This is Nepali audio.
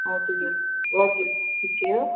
हजुर हजुर हजुर ठिकै हो